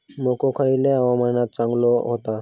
मको खयल्या हवामानात चांगलो होता?